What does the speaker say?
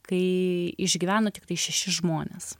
kai išgyvena tiktai šeši žmonės